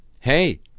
Hey